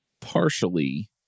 partially